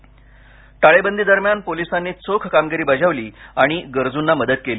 police टाळेबंदी दरम्यान पोलिसांनी चोख कामगिरी बजावली आणि गरजुना मदत केली